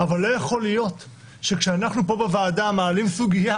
אבל לא יכול להיות שכאשר אנחנו פה בוועדה מעלים סוגיה